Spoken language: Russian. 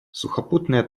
сухопутная